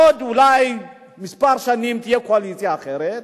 אולי בעוד כמה שנים תהיה קואליציה אחרת,